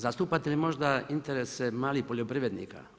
Zastupate li možda interese malih poljoprivrednika?